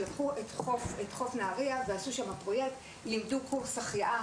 הן לימדו בחוף הים בנהריה קורס החייאה